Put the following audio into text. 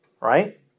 right